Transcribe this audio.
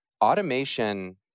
Automation